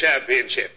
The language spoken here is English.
championship